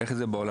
איך זה בעולם,